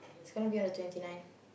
it's going to be on the twenty nine